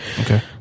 Okay